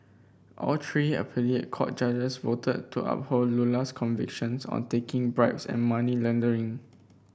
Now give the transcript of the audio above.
all three appellate court judges voted to uphold Lula's convictions on taking bribes and money laundering